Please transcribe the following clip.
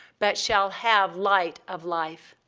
but shall have. light of life.